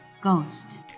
Ghost